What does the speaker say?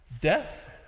death